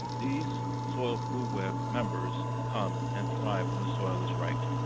these soil food web members come and thrive when the soil is right.